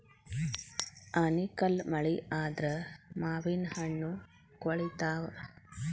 ಆನಿಕಲ್ಲ್ ಮಳಿ ಆದ್ರ ಮಾವಿನಹಣ್ಣು ಕ್ವಳಿತಾವ